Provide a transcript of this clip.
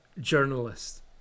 journalist